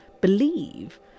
believe